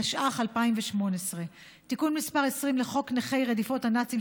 התשע"ח 2018. תיקון מס' 20 לחוק נכי רדיפות הנאצים,